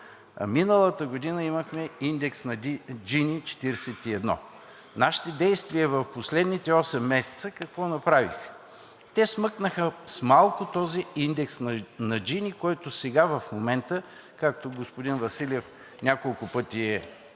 Миналата година имахме индекс на Джини 41. Нашите действия в последните осем месеца какво направиха? Те смъкнаха с малко този индекс на Джини, който в момента, както господин Василев няколко пъти е